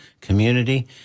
Community